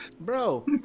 Bro